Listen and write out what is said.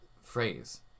phrase